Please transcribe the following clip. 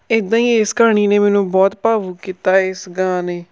ਇੱਦਾਂ ਹੀ ਇਸ ਕਹਾਣੀ ਨੇ ਮੈਨੂੰ ਬਹੁਤ ਭਾਵੁਕ ਕੀਤਾ ਇਸ ਗਾਂ ਨੇ